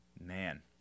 Man